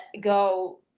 go